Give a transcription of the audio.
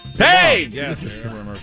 Hey